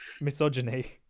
Misogyny